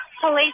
police